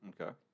Okay